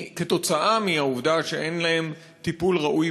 והיא תוצאה מהעובדה שאין להם טיפול ראוי